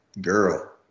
girl